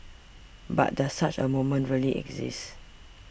but does such a moment really exist